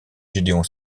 gédéon